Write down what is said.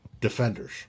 defenders